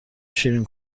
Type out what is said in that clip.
شیرین